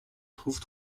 trouve